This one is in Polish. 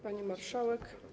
Pani Marszałek!